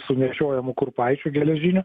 su nešiojamų kurpaičių geležinių